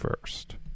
first